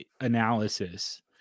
analysis